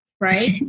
right